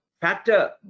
factor